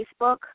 Facebook